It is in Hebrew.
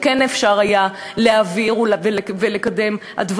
שכן אפשר היה להעביר ולקדם בה,